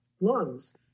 lungs